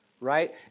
right